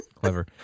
clever